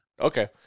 Okay